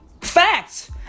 facts